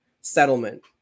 settlement